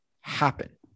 happen